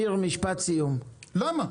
למה?